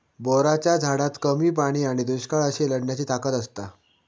बोराच्या झाडात कमी पाणी आणि दुष्काळाशी लढण्याची ताकद असता